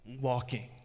walking